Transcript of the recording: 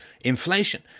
inflation